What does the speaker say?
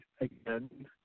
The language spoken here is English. again